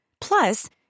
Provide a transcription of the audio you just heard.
Plus